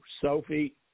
Sophie